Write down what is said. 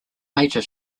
major